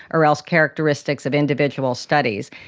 or else characteristics of individual studies.